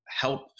help